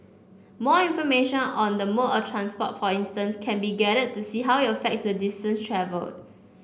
more information on the mode of transport for instance can be gathered to see how it affects the distance travelled